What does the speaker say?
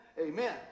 Amen